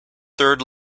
third